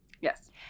Yes